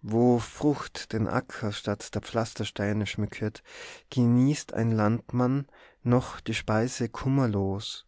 wo frucht den acker statt der pfalstersteine schmücket genießt ein landmann noch die speise kummerlos